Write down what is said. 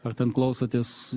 ar ten klausotės